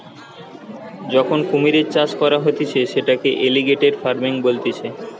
যখন কুমিরের চাষ করা হতিছে সেটাকে এলিগেটের ফার্মিং বলতিছে